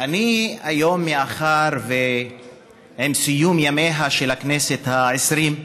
היום, עם סיום ימיה של הכנסת העשרים,